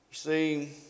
See